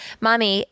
mommy